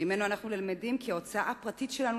שממנו אנו למדים כי ההוצאה הפרטית שלנו,